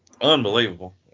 unbelievable